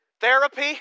Therapy